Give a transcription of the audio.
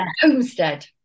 homestead